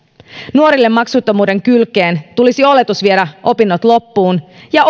nuorille maksuttomuuden kylkeen tulisi oletus opintojen loppuun viemisestä ja